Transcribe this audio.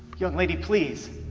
young lady, please.